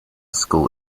school